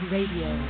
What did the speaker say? Radio